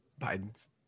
Biden's